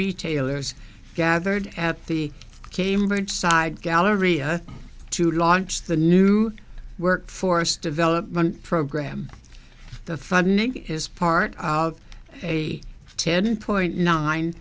retailers gathered at the cambridge side galleria to launch the new workforce development program the funding is part of a ten point nine